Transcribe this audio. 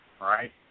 right